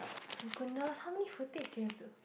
my goodness how many footage do they have to